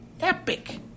Epic